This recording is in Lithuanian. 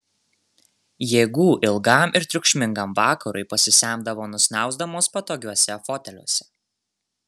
jėgų ilgam ir triukšmingam vakarui pasisemdavo nusnausdamos patogiuose foteliuose